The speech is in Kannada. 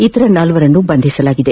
ಇತರ ನಾಲ್ವರನ್ನು ಬಂಧಿಸಲಾಗಿದೆ